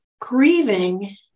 grieving